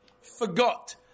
forgot